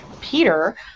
Peter